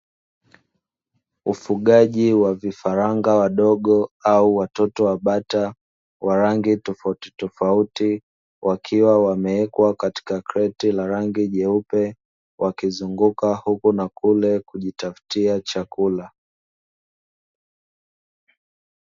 Ufugaji wa vifaranga wadogo au watoto wa bata wa rangi tofautitofauti, wakiwa wamewekwa katika kreti la rangi jeupe, wakizunguka huku na kule kujitafutia chakula.